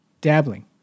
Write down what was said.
Dabbling